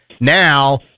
Now